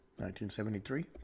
1973